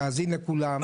תאזין לכולם.